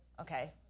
Okay